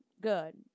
good